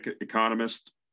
economist